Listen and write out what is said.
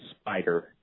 spider